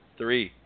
three